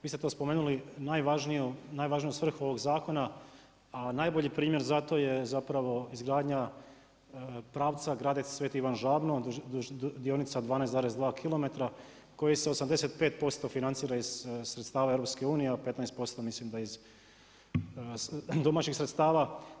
Vi ste to spomenuli najvažniju svrhu ovog zakona, a najbolji primjer za to je zapravo izgradnja pravca Gradec – Sv. Ivan Žabno dionica 12,2 km koji se 85% financira iz sredstava EU, a 15% mislim da iz domaćih sredstava.